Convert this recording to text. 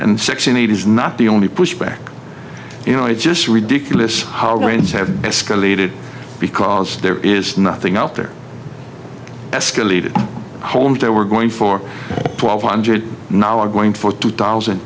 and section eight is not the only pushback you know it's just ridiculous how rains have escalated because there is nothing out there escalated homes that were going for twelve hundred nala going for two thousand